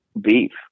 beef